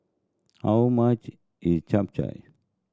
how much is Chap Chai